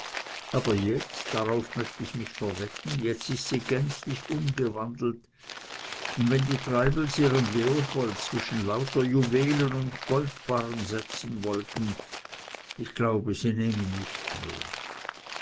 aber jetzt darauf möcht ich mich verwetten jetzt ist sie gänzlich umgewandelt und wenn die treibels ihren leopold zwischen lauter juwelen und goldbarren setzen wollten ich glaube sie nähm ihn nicht mehr